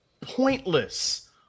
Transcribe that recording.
pointless